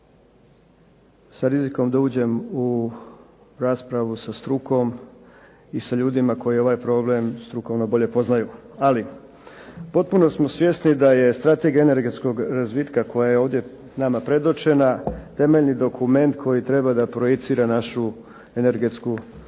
sa rizikom da uđem u raspravu sa strukom i sa ljudima koji ovaj problem strukovno bolje poznaju. Ali potpuno smo svjesni da je strategija energetskog razvitka koja je ovdje nama predočena temeljni dokument koji treba da projicira našu energetsku